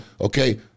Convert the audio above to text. Okay